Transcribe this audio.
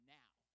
now